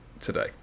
today